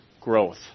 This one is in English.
growth